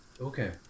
Okay